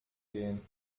gehen